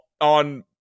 on